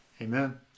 Amen